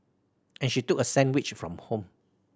and she took a sandwich from home